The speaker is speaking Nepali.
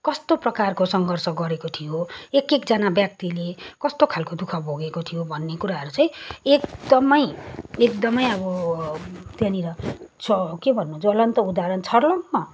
कस्तो प्रकारको सङ्घर्ष गरेको थियो एक एकजना व्याक्तिले कस्तो खालको दु ख भोगेको थियो भन्ने कुराहरू चाहिँ एकदमै एकदमै अब त्यहाँनिर के भन्नु ज्वलन्त उदाहरण छर्लङ्ग